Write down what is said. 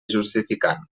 justificant